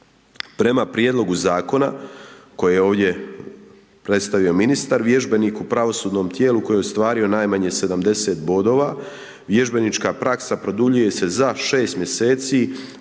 Prema prijedlogu zakona koji je ovdje predstavio ministar, vježbenik u pravosudnom tijelu koje je ostvario najmanje 70 bodova, vježbenička praksa produljuje se za 6 mj.